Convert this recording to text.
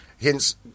hence